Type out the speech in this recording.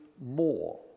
more